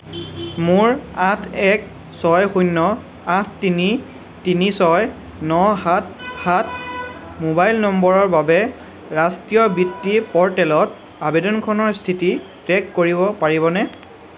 মোৰ আঠ এক ছয় শূণ্য আঠ তিনি তিনি ছয় ন সাত সাত মোবাইল নম্বৰৰ বাবে ৰাষ্ট্ৰীয় বৃত্তি পৰ্টেলত আবেদনখনৰ স্থিতি ট্ৰেক কৰিব পাৰিবনে